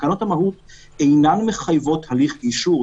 תקנות המהות אינן מחייבות הליך גישור,